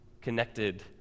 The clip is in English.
connected